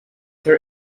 her